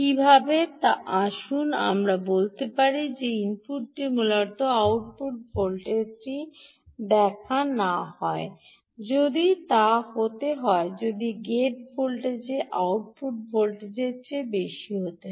কি হবে তা আসুন আমরা বলতে পারি যে ইনপুটটি মূলত আউটপুট ভোল্টেজটি দেখা না হয় যদি তা হতে হয় যদি গেট ভোল্টেজ আউটপুট ভোল্টেজের চেয়ে বেশি হতে হয়